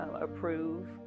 approve